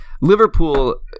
liverpool